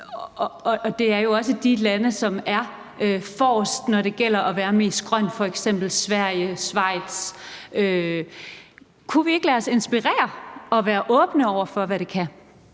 og det er jo også de lande, som er forrest, når det gælder om at være mest grøn, f.eks. Sverige og Schweiz. Kunne vi ikke lade os inspirere og være åbne over for, hvad det kan?